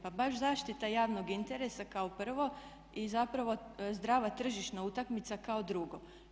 Pa baš zaštita javnog interesa kao prvo i zapravo zdrava tržišna utakmica kao drugo.